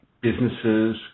businesses